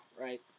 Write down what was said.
right